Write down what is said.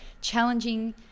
challenging